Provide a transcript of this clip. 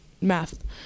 math